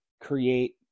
create